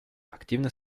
активно